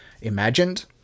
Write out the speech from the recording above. imagined